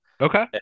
okay